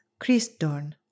Christdorn